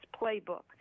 playbook